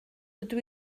dydw